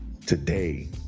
Today